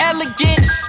Elegance